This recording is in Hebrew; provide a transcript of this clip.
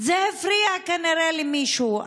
זה הפריע כנראה למישהו.